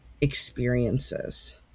experiences